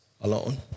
alone